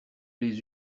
les